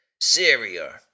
Syria